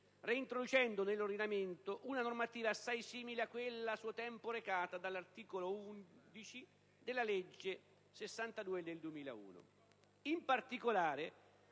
reintroducendo nell'ordinamento una normativa assai simile a quella a suo tempo recata all'articolo 11 della legge n. 62 del 2001. In particolare,